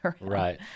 Right